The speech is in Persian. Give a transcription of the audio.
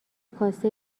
کاسه